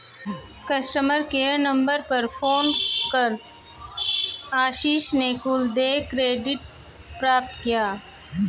customer care number पर phone कर आशीष ने कुल देय क्रेडिट प्राप्त किया